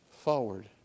forward